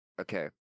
Okay